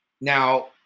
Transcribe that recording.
Now